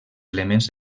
elements